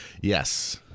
Yes